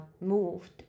moved